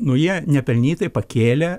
nu jie nepelnytai pakėlė